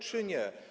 czy nie.